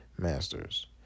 masters